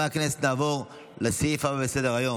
26 בעד, שישה מתנגדים.